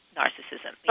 narcissism